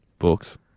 Books